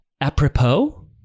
apropos